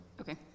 Okay